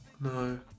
No